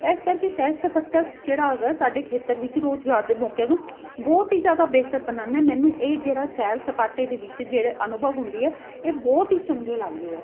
ਇਸ ਕਰਕੇ ਸੈਰ ਸਪਾਟਾ ਸ ਜਿਹੜਾ ਹੈਗਾ ਸਾਡੇ ਖੇਤਰ ਵਿੱਚ ਰੁਜ਼ਗਾਰ ਦੇ ਮੌਕਿਆਂ ਨੂੰ ਬਹੁਤ ਹੀ ਜ਼ਿਆਦਾ ਬਿਹਤਰ ਬਣਾਉਂਦਾ ਮੈਨੂੰ ਇਹ ਜਿਹੜਾ ਸੈਰ ਸਪਾਟੇ ਦੇ ਵਿੱਚ ਜਿਹੜੇ ਅਨੁਭਵ ਹੁੰਦੀ ਹੈ ਇਹ ਬਹੁਤ ਹੀ ਚੰਗੇ ਲੱਗਦੇ ਆ